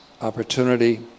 opportunity